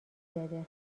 داده